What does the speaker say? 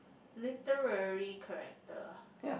literary character ah